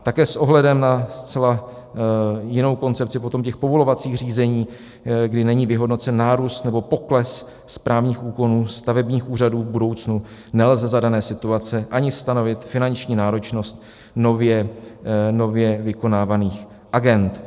Také s ohledem na zcela jinou koncepci potom těch povolovacích řízení, kdy není vyhodnocen nárůst nebo pokles správních úkonů stavebních úřadů v budoucnu, nelze za dané situace ani stanovit finanční náročnost nově vykonávaných agend.